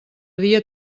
dia